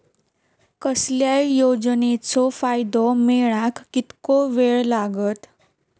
कसल्याय योजनेचो फायदो मेळाक कितको वेळ लागत?